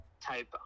type